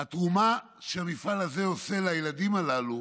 התרומה שהמפעל הזה עושה לילדים הללו